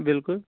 بلکُل